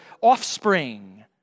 offspring